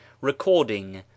recording